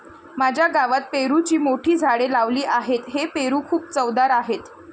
माझ्या गावात पेरूची मोठी झाडे लावली आहेत, हे पेरू खूप चवदार आहेत